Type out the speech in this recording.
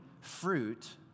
fruit